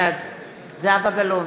בעד זהבה גלאון,